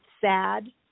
sad